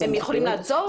הם יכולים לעצור?